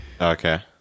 Okay